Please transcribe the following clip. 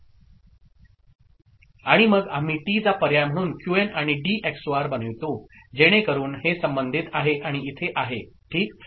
आणि मग आम्ही टी चा पर्याय म्हणून क्यूएन आणि डी एक्सओआर बनवितो जेणेकरून हे संबंधित आहे आणि इथे आहे ठीक